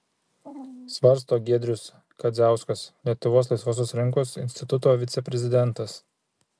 svarsto giedrius kadziauskas lietuvos laisvosios rinkos instituto viceprezidentas